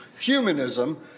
humanism